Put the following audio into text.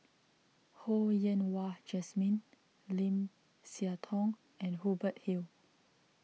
Ho Yen Wah Jesmine Lim Siah Tong and Hubert Hill